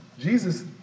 Jesus